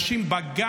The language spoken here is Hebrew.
דחפו אנשים בגב,